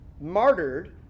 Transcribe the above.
martyred